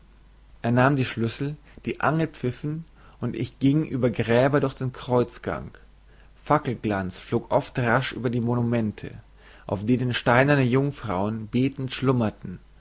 er nahm den schlüssel die angel pfiffen und ich ging über gräber durch den kreuzgang fackelglanz flog oft rasch über die monumente auf denen steinerne jungfrauen betend schlummerten